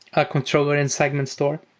a controller and segment store,